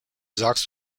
sagst